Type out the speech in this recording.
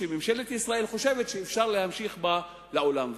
שממשלת ישראל חושבת שאפשר להמשיך בה לעולם ועד.